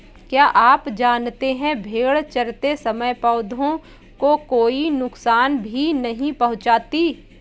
क्या आप जानते है भेड़ चरते समय पौधों को कोई नुकसान भी नहीं पहुँचाती